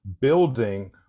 building